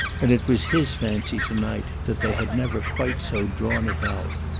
and it was his fancy to-night that they had never quite so drawn it out.